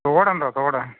തോടുണ്ടോ തോട്